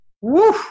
Woo